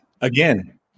Again